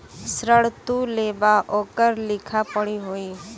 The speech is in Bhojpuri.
ऋण तू लेबा ओकर लिखा पढ़ी होई